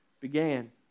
began